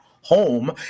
home